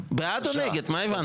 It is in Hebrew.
מה הבנת?